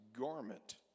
garment